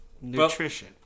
nutrition